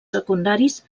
secundaris